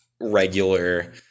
regular